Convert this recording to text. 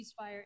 ceasefire